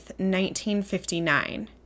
1959